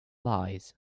lies